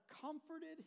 comforted